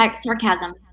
sarcasm